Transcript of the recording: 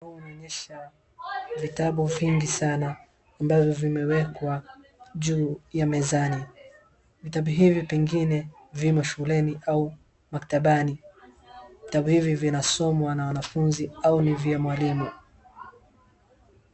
Mchoro huu unaonyesha vitabu vingi sana, ambavyo vimewekwa juu ya mezani. Vitabu hivi pengine vimo shuleni au maktabani. Vitabu hivi vinasomwa na mwanafunzi au ni vya mwalimu.